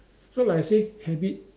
so like I say habit